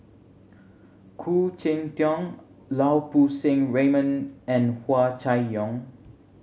Khoo Cheng Tiong Lau Poo Seng Raymond and Hua Chai Yong